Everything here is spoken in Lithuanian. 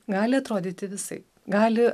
gali atrodyti visaip gali